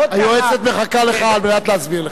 היועצת מחכה לך על מנת להסביר לך.